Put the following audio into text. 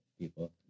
people